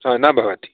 हा न भवति